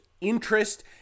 interest